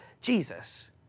Jesus